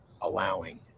Allowing